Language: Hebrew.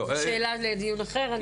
זו שאלה לדיון אחר.